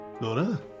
Laura